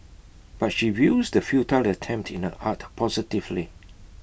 but she views the futile attempt in her art positively